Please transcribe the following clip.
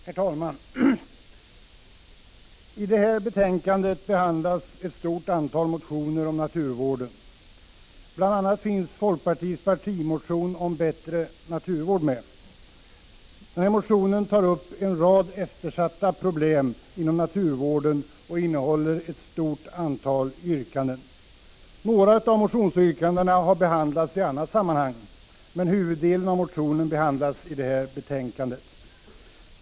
Herr talman! I det här betänkandet behandlas ett stort antal motioner om naturvården. Bl. a. finns folkpartiets partimotion om bättre naturvård med. Motionen tar upp en rad eftersatta problem inom naturvården och innehåller ett stort antal yrkanden. Några av motionsyrkandena har behandlats i annat sammanhang, men huvuddelen av motionen behandlas i det här betänkan 69 det.